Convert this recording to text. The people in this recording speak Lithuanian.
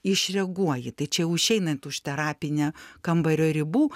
išreaguoji tai čia jau išeinant už terapinę kambario ribų